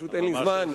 פשוט אין לי זמן,